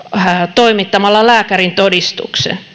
toimittamalla lääkärintodistuksen